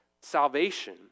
salvation